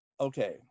okay